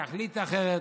יחליט אחרת,